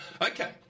okay